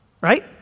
right